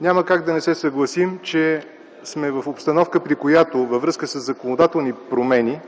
Няма как да не се съгласим, че сме в обстановка, при която във връзка със законодателни промени,